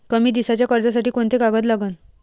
कमी दिसाच्या कर्जासाठी कोंते कागद लागन?